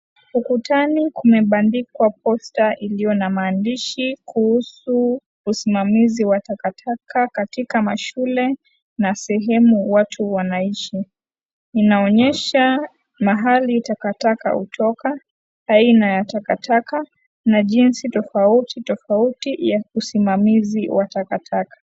Ukutani kumebandikwa posta iliyo na maandishi kuhusu usimamizi watakataka katika mashule na sehemu watu wanaishi. Inaonyesha mahali takataka hutoka, aina ya takataka na jinsi tofauti tofauti ya usimamizi wa takataka.